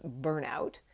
burnout